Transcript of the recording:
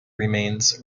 remains